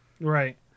Right